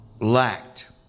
lacked